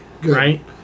right